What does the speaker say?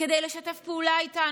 כדי לשתף פעולה איתנו,